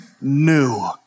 new